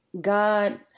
God